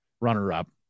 runner-up